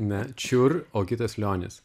ne čiur o kitas lionis